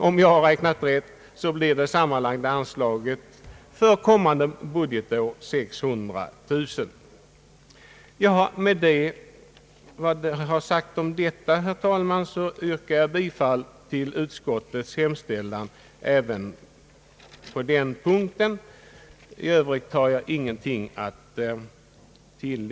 Om jag har räknat rätt, blir motsvarande anslag för kommande budgetår 600 000 kronor. Med vad jag sagt om detta, herr talman, kommer jag att yrka bifall till utskottets hemställan även på den punkten. I övrigt har jag ingenting att till